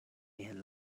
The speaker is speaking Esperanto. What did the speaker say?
mian